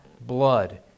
blood